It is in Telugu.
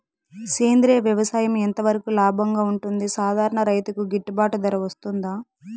సేంద్రియ వ్యవసాయం ఎంత వరకు లాభంగా ఉంటుంది, సాధారణ రైతుకు గిట్టుబాటు ధర వస్తుందా?